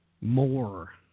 more